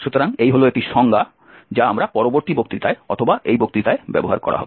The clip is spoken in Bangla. সুতরাং এই হল একটি সংজ্ঞা যা আমরা পরবর্তী বক্তৃতায় অথবা এই বক্তৃতায় ব্যবহার করা হবে